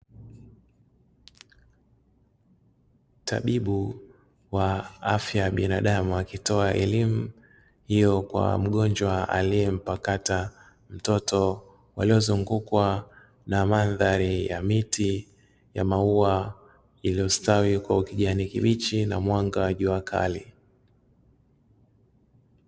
Tabibu wa afya ya binadamu akitoa elimu hiyo kwa mgonjwa aliyempakata mtoto waliyozungukwa na mandhari ya miti ya maua iliyostawi kwa ukijani kibichi na mwanga wa jua kali.